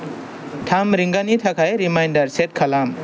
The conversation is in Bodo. थाम रिंगानि थाखाय रिमाइन्डार सेट खालाम